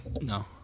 no